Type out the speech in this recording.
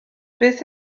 beth